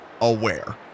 aware